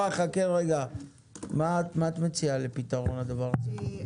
מה את מציעה לפתרון הדבר הזה?